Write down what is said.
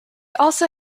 also